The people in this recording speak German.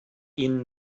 ihnen